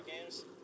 games